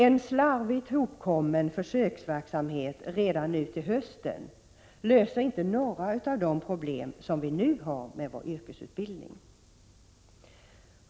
En slarvigt hopkommen försöksverksamhet redan till hösten löser inte några av de problem som vi nu har med vår yrkesbildning.